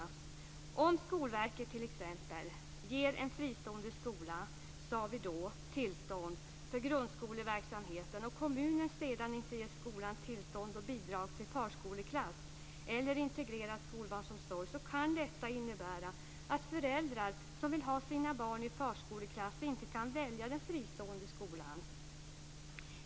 Om t.ex. Skolverket, sade vi då, ger en fristående skola tillstånd för grundskoleverksamhet och kommunen sedan inte ger skolan tillstånd och bidrag till förskoleklass eller integrerad skolbarnsomsorg kan detta innebära att föräldrar som vill ha sina barn i förskoleklass inte kan välja den fristående skolan.